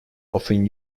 often